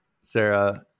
Sarah